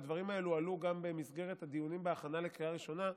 והדברים האלה עלו גם במסגרת הדיונים בהכנה לקריאה ראשונה,